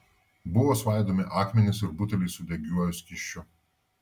buvo svaidomi akmenys ir buteliai su degiuoju skysčiu